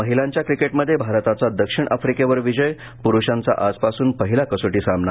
महिलांच्या क्रिकेटमध्ये भारताचा दक्षिण आफ्रिकेवर विजय प्रुषांचा आजपासून पहिला कसोटी सामना